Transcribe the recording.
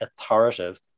authoritative